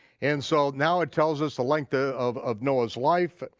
and so now it tells us the length ah of of noah's life,